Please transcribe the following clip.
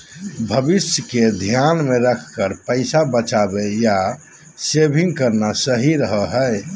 भविष्य के ध्यान मे रखकर पैसा बचावे या सेविंग करना सही रहो हय